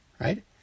right